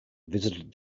visited